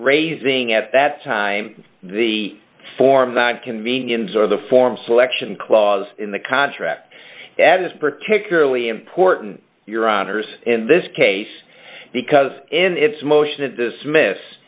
raising at that time the form of convenience or the form selection clause in the contract added is particularly important your honour's in this case because in its motion to dismiss